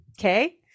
Okay